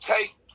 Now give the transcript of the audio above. take